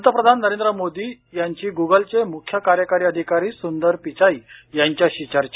पंतप्रधान नरेंद्र मोदी यांची गुगलचे मुख्य कार्यकारी अधिकारी सुंदर पिचाई यांच्याशी चर्चा